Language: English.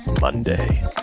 Monday